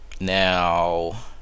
Now